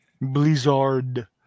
Blizzard